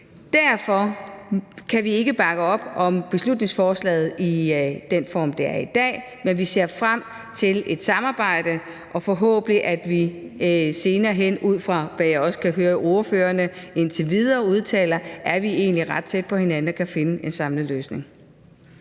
Derfor kan vi ikke bakke op om beslutningsforslaget i den form, det har i dag, men vi ser frem til et samarbejde, og at vi forhåbentlig senere hen – og ud fra hvad jeg også kan høre at ordførerne indtil videre udtaler, er vi egentlig ret tæt på hinanden – kan finde en samlet løsning.